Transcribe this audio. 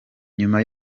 nyuma